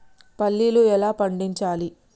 పల్లీలు ఎలా పండించాలి?